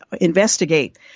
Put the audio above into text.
investigate